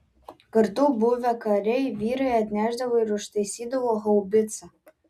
kartu buvę kariai vyrai atnešdavo ir užtaisydavo haubicą